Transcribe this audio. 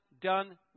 done